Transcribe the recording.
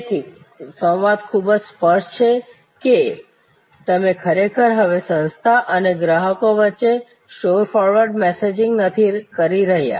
તેથી સંવાદ ખૂબ જ સ્પષ્ટ છે કે તમે ખરેખર હવે સંસ્થા અને ગ્રાહક વચ્ચે સ્ટોર ફોરવર્ડ મેસેજિંગ નથી કરી રહ્યા